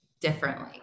differently